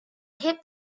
hip